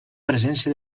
presència